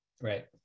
Right